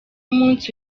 umunsi